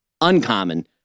uncommon